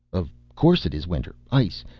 of course it is winter. ice,